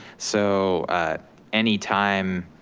so anytime,